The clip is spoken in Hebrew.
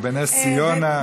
ובנס ציונה.